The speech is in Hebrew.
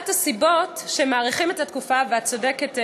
את צודקת,